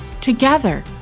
Together